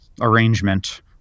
arrangement